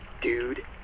dude